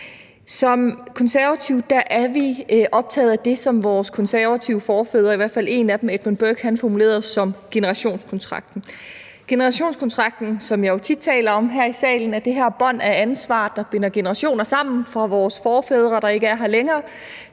Som Konservative er vi optaget af det, som vores konservative forfædre eller i hvert fald en af dem, nemlig Edmund Burke, formulerede som generationskontrakten. Generationskontrakten, som jeg jo tit taler om her i salen, er det her bånd af ansvar, der binder generationer sammen, fra vores forfædre, der ikke er her længere,